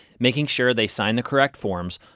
making sure they sign the correct forms,